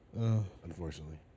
unfortunately